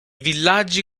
villaggi